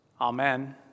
amen